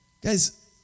Guys